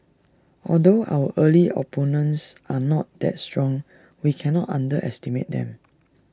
although our early opponents are not that strong we cannot underestimate them